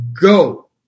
go